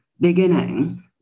beginning